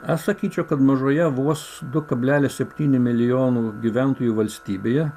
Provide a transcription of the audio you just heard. aš sakyčiau kad mažoje vos du kablelis septyni milijonų gyventojų valstybėje